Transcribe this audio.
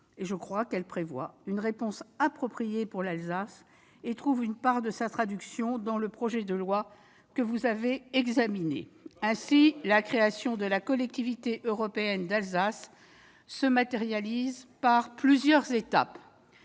octobre 2018. Elle prévoit une réponse appropriée pour l'Alsace et trouve une partie de sa traduction dans le projet de loi que vous examinez. Ainsi, la création de la Collectivité européenne d'Alsace se matérialise par plusieurs étapes.